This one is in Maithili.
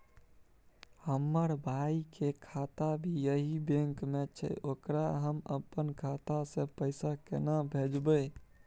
हमर भाई के खाता भी यही बैंक में छै ओकरा हम अपन खाता से पैसा केना भेजबै?